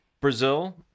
Brazil